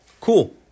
Cool